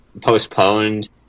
postponed